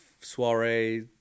soiree